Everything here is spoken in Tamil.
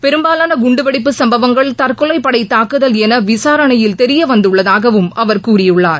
பெரும்பாவான குண்டுவெடிப்பு சம்பவங்கள் தற்கொலைப் படை தாக்குதல் என விசாரணையில் தெரியவந்துள்ளதாகவும் அவர் கூறியுள்ளார்